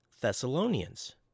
Thessalonians